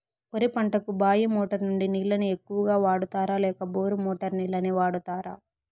వరి పంటకు బాయి మోటారు నుండి నీళ్ళని ఎక్కువగా వాడుతారా లేక బోరు మోటారు నీళ్ళని వాడుతారా?